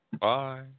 Bye